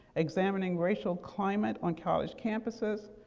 examining racial climate on college campuses,